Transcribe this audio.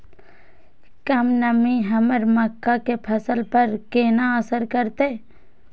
कम नमी हमर मक्का के फसल पर केना असर करतय?